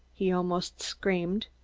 he almost screamed.